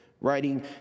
writing